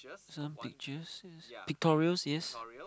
some pictures pictorials yes